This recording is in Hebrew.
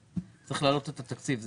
צריך להעלות למסך את פירוט התקציב.